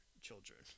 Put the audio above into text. children